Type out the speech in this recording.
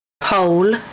pole